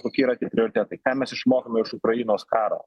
kokie yra tie prioritetai ką mes išmokome iš ukrainos karo